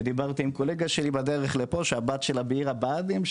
דיברתי עם קולגה שלי בדרך לפה שהבת שלה בעיר הבה"דים,